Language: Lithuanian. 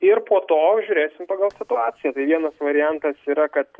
ir po to žiūrėsim pagal situaciją tai vienas variantas yra kad